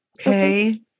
Okay